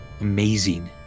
amazing